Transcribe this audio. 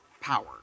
power